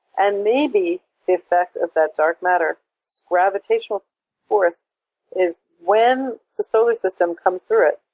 and maybe the effect of that dark matter's gravitational force is, when the solar system comes through it,